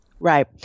Right